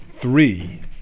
three